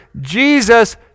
Jesus